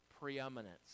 preeminence